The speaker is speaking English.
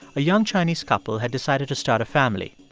a young chinese couple had decided to start a family.